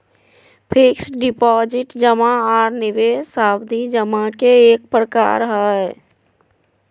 fixed deposit जमा आर निवेश सावधि जमा के एक प्रकार हय